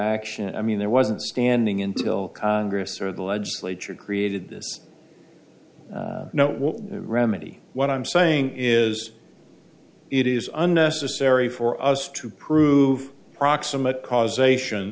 action i mean there wasn't standing in till congress or the legislature created this no remedy what i'm saying is it is unnecessary for us to prove proximate cause ation